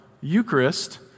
Eucharist